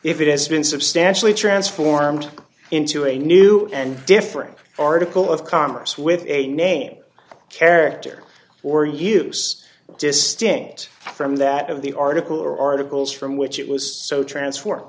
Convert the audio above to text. if it has been substantially transformed into a new and different article of commerce with a name character or use distinct from that of the article or articles from which it was so transform